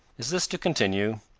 is this to continue?